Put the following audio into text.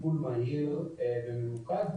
טיפול מהיר וממוקד,